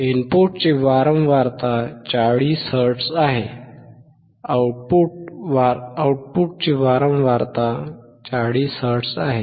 इनपुटची वारंवारता 40 हर्ट्झ आहे आउटपुट वारंवारता 40 हर्ट्झ आहे